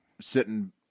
sitting